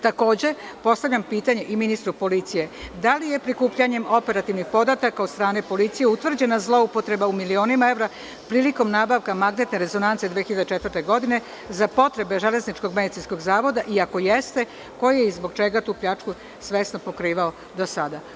Takođe, postavljam pitanje ministru policije – da li je prikupljanjem operativnih podataka od strane policije utvrđena zloupotreba u milionima evra prilikom nabavka magnetne rezonance 2004. godine za potrebe Železničko-medicinskog zavoda i, ako jeste, ko je i zbog čega tu pljačku svesno pokrivao do sada?